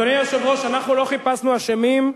אדוני היושב-ראש, אנחנו לא חיפשנו אשמים,